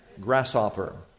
Grasshopper